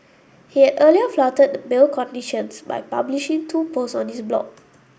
he had earlier flouted bail conditions by publishing two posts on his blog